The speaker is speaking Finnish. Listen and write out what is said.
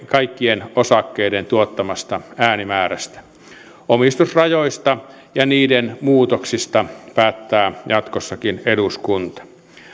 kaikkien osakkeiden tuottamasta äänimäärästä omistusrajoista ja niiden muutoksista päättää jatkossakin eduskunta